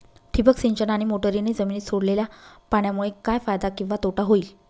ठिबक सिंचन आणि मोटरीने जमिनीत सोडलेल्या पाण्यामुळे काय फायदा किंवा तोटा होईल?